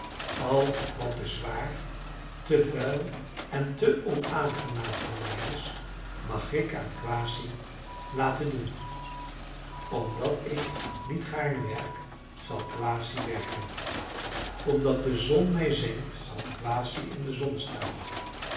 al wat te zwaar te vuil en te onaangenaam voor mij is mag ik quashy laten doen omdat ik niet gaarne werk zal quashy werken omdat de zon mij zengt zal quashy in de zon staan